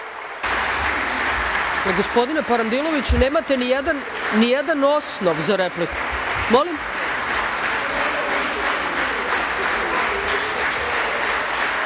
Gospodine Parandiloviću, nemate ni jedan osnov za repliku.